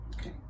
Okay